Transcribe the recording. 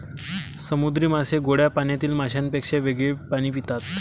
समुद्री मासे गोड्या पाण्यातील माशांपेक्षा वेगळे पाणी पितात